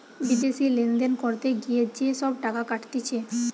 বিদেশি লেনদেন করতে গিয়ে যে সব টাকা কাটতিছে